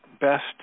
best